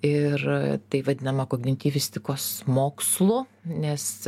ir tai vadinama kogintyvistikos mokslu nes